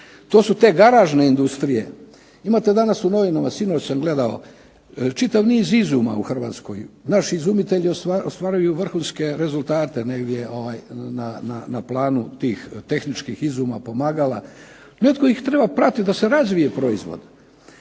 To su te garažne industrije. Imate danas u novinama, sinoć sam gledao čitav niz izuma u Hrvatskoj, naši izumitelji ostvaruju vrhunske rezultate negdje na planu tih tehničkih izuma, pomagala, netko ih treba pratiti da se razvije proizvod.